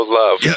love